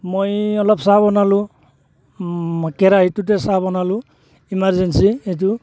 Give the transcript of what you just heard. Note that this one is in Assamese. মই অলপ চাহ বনালোঁ কেৰাহীটোতে চাহ বনালোঁ ইমাৰ্জেঞ্চী সেইটো